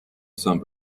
some